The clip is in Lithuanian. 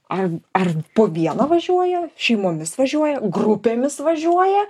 ar ar po vieną važiuoja šeimomis važiuoja grupėmis važiuoja